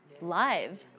Live